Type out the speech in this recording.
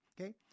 okay